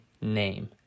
name